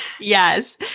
Yes